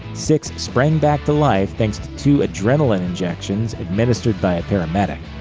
sixx sprang back to life thanks to two adrenaline injections administered by a paramedic.